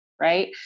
right